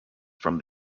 from